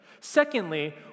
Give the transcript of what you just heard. Secondly